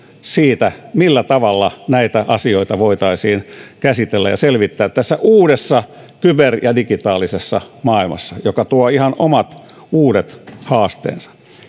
millä tavalla näitä asioita voitaisiin käsitellä ja selvittää tässä uudessa kyber ja digitaalisessa maailmassa joka tuo ihan omat uudet haasteensa